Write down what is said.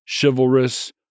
chivalrous